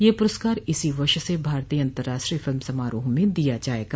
यह पुरस्कार इसी वर्ष से भारतीय अंतराष्ट्रीय फिल्म समारोह में दिया जाएगा